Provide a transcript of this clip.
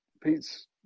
Pete's